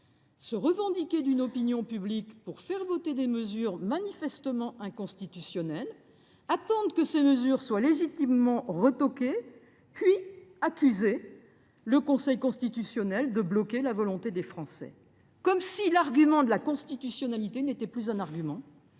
se revendiquer de l’opinion publique pour faire voter des mesures manifestement inconstitutionnelles, d’attendre que ces mesures soient légitimement censurées, puis d’accuser le Conseil constitutionnel de bloquer la « volonté des Français ». Comme si l’argument de la constitutionnalité n’était plus un argument,